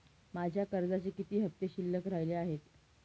माझ्या कर्जाचे किती हफ्ते शिल्लक राहिले आहेत?